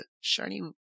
shiny